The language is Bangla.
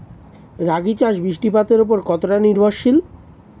রাগী চাষ বৃষ্টিপাতের ওপর কতটা নির্ভরশীল?